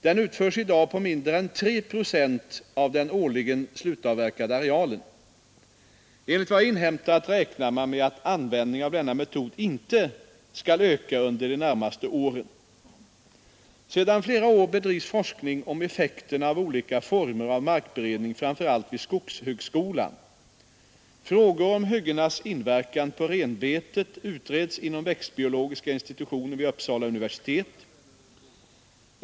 Den utförs i dag på mindre än 3 procent av den årligen slutavverkade arealen. Enligt vad jag inhämtat räknar man med att användningen av denna metod inte skall öka under de närmaste åren. Sedan flera år bedrivs forskning om effekterna av olika former av skolan. Frågor om hyggenas markberedning framför allt vid skogshö inverkan på renbetet utreds inom växtbiologiska institutionen vid Uppsala universitet.